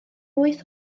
wyth